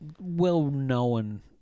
well-known